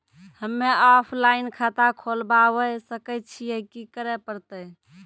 हम्मे ऑफलाइन खाता खोलबावे सकय छियै, की करे परतै?